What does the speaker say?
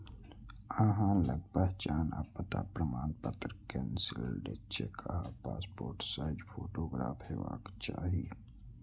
अहां लग पहचान आ पता प्रमाणपत्र, कैंसिल्ड चेक आ पासपोर्ट साइज फोटोग्राफ हेबाक चाही